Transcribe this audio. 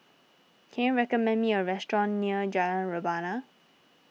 can you recommend me a restaurant near Jalan Rebana